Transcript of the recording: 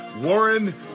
Warren